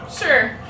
Sure